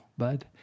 bud